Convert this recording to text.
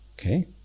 okay